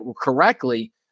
correctly